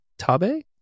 Tabe